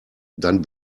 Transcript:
dann